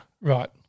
Right